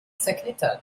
zerknittert